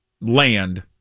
land –